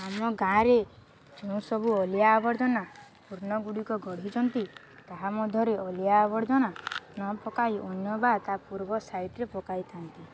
ଆମ ଗାଁରେ ଯେଉଁ ସବୁ ଅଳିଆ ଆବର୍ଜନା ପୂର୍ଣ୍ଣଗୁଡ଼ିକ ଗଢ଼ିଛନ୍ତି ତାହା ମଧ୍ୟରେ ଅଲିଆ ଆବର୍ଜନା ନ ପକାଇ ଅନ୍ୟ ବା ତା ପୂର୍ବ ସହିତରେ ପକାଇଥାନ୍ତି